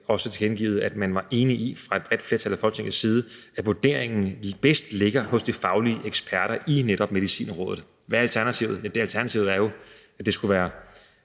også tilkendegivet af et bredt flertal i Folketinget, at man var enige i, at vurderingen bedst ligger hos de faglige eksperter i netop Medicinrådet. Hvad er alternativet? Ja, alternativet er jo, at det skulle være